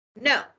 No